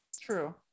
true